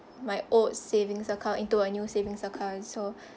my old savings account into a new savings account so